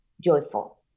joyful